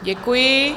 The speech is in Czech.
Děkuji.